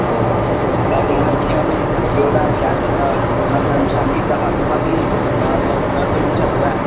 ओ तर्हि अन्यत् किमपि योगाभ्यासः अनन्तरं सङ्गीतं किमपि तत् कर्तुम् इच्छति वा